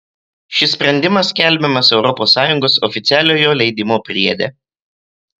šis sprendimas skelbiamas europos sąjungos oficialiojo leidinio priede